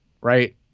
Right